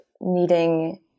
needing